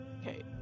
Okay